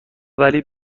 بازهم